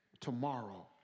tomorrow